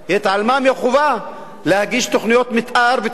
התעלמה מהחובה להגיש תוכניות מיתאר ותוכניות